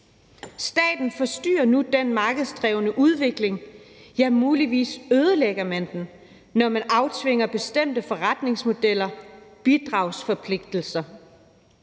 Staten forstyrrer nu den markedsdrevne udvikling, ja, muligvis ødelægger man den, når man aftvinger bestemte forretningsmodeller bidragsforpligtelser.